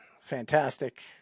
Fantastic